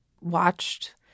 watched